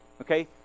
Okay